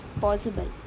possible